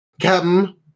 Captain